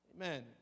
Amen